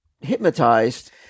hypnotized